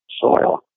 soil